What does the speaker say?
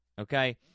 Okay